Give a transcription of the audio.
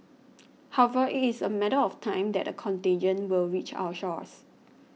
however it is a matter of time that a contagion will reach our shores